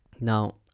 Now